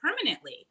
permanently